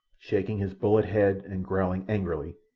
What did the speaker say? shaking his bullet head and growling angrily,